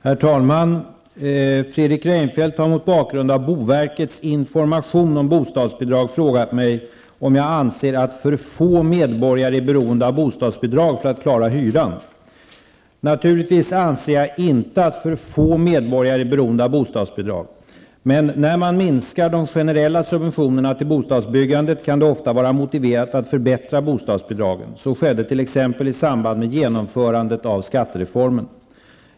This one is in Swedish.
Herr talman! Fredrik Reinfeldt har mot bakgrund av boverkets information om bostadsbidrag frågat mig om jag anser att för få medborgare är beroende av bostadsbidrag för att klara hyran. Naturligtvis anser jag inte att för få medborgare är beroende av bostadsbidrag. Men när man minskar de generella subventionerna till bostadsbyggandet kan det ofta vara motiverat att förbättra bostadsbidragen. Så skedde t.ex. i samband med genomförandet av skattereformen.